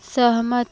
सहमत